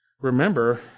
Remember